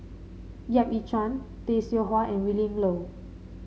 Yap Ee Chian Tay Seow Huah and Willin Low